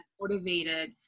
motivated